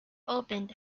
opened